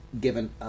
given